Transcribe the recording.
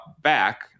back